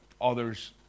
others